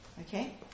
Okay